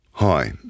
Hi